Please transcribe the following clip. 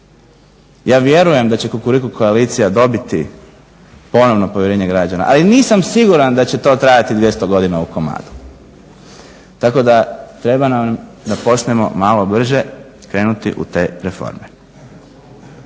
Ja vjerujem da će Kukuriku koalicija dobiti ponovno povjerenje građana ali nisam siguran da će to trajati 200 godina u komadu. Tako da treba nam da počnemo malo brže krenuti u te reforme.